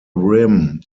rim